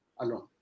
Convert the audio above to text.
alone